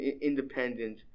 independent